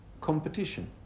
competition